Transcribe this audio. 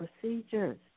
procedures